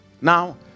Now